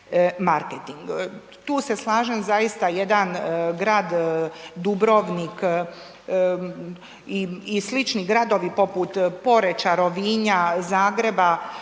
Tu se slažem, zaista jedan grad Dubrovnik i slični gradovi poput Poreča, Rovinja, Zagreba,